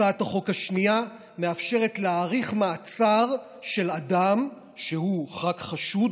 הצעת החוק השנייה מאפשרת להאריך מעצר של אדם שהוא רק חשוד,